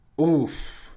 Oof